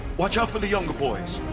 watch out for the younger boys!